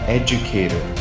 educator